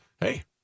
hey